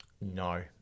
No